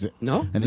no